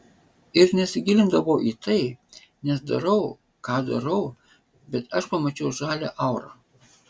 ir nesigilindavau į tai nes darau ką darau bet aš pamačiau žalią aurą